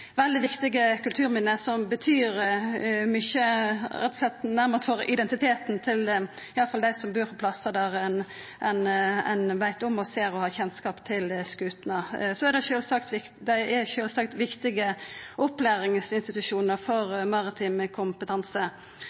veldig viktige kulturminne som betyr mykje nærmast for identiteten til iallfall dei som bur på plassar der ein veit om, ser og har kjennskap til skutene. Dei er sjølvsagt viktige opplæringsinstitusjonar for maritim kompetanse. Det eg har forstått, og som er litt av bakgrunnen for